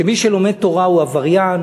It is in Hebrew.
שמי שלומד תורה הוא עבריין,